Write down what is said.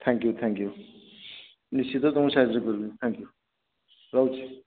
thank you thank you ନିଶ୍ଚିତ ତୁମକୁ ସାହାଯ୍ୟ କରିବି ଥ୍ୟାଙ୍କ୍ ୟୁ ରହୁଛି